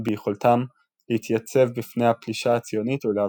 ביכולתם להתייצב בפני הפלישה הציונית ולהביסה".